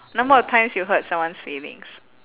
number of times you hurt someone's feelings